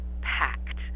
packed